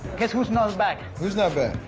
guess who's not as back? who's not back?